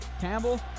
Campbell